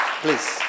Please